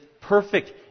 perfect